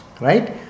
Right